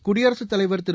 குடியரசுத் தலைவர் திரு